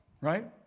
Right